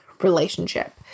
relationship